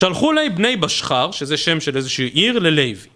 שלחו לי בני בשחר, שזה שם של איזשהו עיר, ללוי.